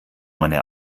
meine